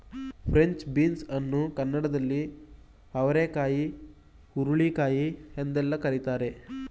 French beans ಅನ್ನು ಕನ್ನಡದಲ್ಲಿ ಅವರೆಕಾಯಿ ಹುರುಳಿಕಾಯಿ ಎಂದೆಲ್ಲ ಕರಿತಾರೆ